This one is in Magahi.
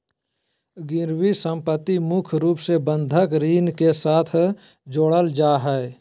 गिरबी सम्पत्ति मुख्य रूप से बंधक ऋण के साथ जोडल जा हय